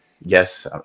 Yes